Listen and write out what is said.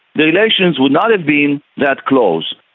the relations would not have been that close.